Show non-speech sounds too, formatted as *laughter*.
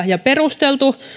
*unintelligible* ja perusteltu